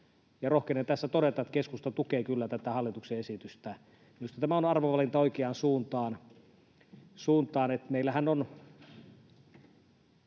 rohkenen tässä todeta, että keskusta tukee kyllä tätä hallituksen esitystä. Minusta tämä on arvovalinta oikeaan suuntaan. Meillähän on